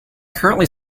currently